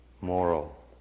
moral